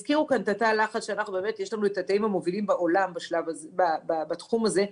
הזכירו כאן את תא הלחץ שבאמת יש לנו את התאים המובילים בעולם בתחום הזה.